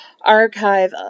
archive